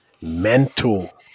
mental